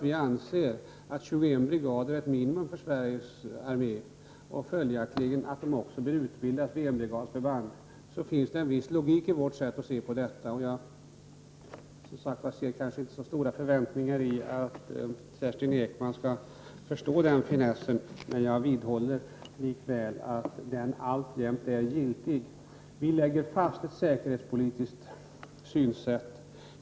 Vi anser att 21 brigader är ett minimum för Sveriges armé och följaktligen också att de bör bli utbildade vid enbrigadsförband. Så det finns en viss logik i vårt sätt att se på detta. Jag ser som sagt inte med så stora förväntningar på att Kerstin Ekman skall förstå den finessen, men jag vidhåller att den alltjämt är giltig. Vi lägger fast ett säkerhetspolitiskt synsätt.